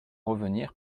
revenir